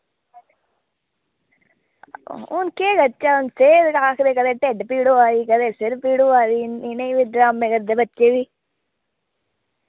हू'न केह् करचै हू'न सेह्त आखदे कदै ढिड्ढ पीड़ होआ दी कदै सिर पीड़ होआ दी इ'नें फिर ड्रामे करदे बच्चे बी